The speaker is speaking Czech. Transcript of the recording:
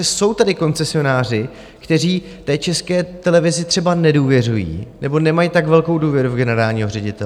Jsou tady koncesionáři, kteří té České televizi třeba nedůvěřují nebo nemají tak velkou důvěru v generálního ředitele.